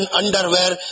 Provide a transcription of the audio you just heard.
underwear